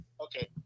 Okay